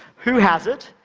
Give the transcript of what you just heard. who has it,